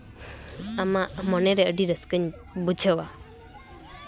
ᱟᱢᱟᱜ ᱢᱚᱱᱮᱨᱮ ᱟᱹᱰᱤ ᱨᱟᱹᱥᱠᱟᱹᱧ ᱵᱩᱡᱷᱟᱹᱣᱟ